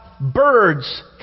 birds